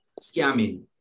scamming